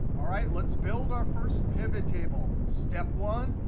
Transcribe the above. all right, let's build our first pivottable. step one,